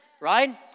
right